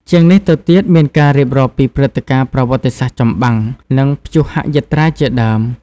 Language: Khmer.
ជាងនេះទៀត មានការរៀបរាប់ពីព្រឹត្តិការណ៍ប្រវត្តិសាស្រ្តចម្បាំង និងព្យុហយាត្រាជាដើម។